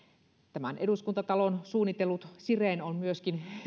tämän eduskuntatalon suunnitellut siren on myöskin